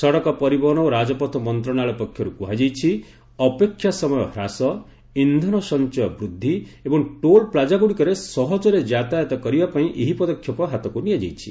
ସଡ଼କ ପରିବହନ ଓ ରାଜପଥ ମନ୍ତ୍ରଣାଳୟ ପକ୍ଷରୁ କୁହାଯାଇଛି ଅପେକ୍ଷା ସମୟ ହ୍ରାସ ଇନ୍ଧନ ସଞ୍ଚୟ ବୃଦ୍ଧି ଏବଂ ଟୋଲ୍ ପ୍ଲାକାଗୁଡ଼ିକରେ ସହଜରେ ଯାତାୟତ କରିବାପାଇଁ ଏହି ପଦକ୍ଷେପ ହାତକୁ ନିଆଯାଇଛି